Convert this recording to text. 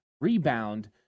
rebound